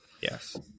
Yes